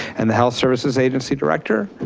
and the health services agency director.